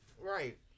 Right